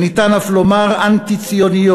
וניתן אף לומר אנטי-ציוניות,